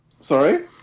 Sorry